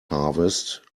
harvest